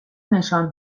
نشان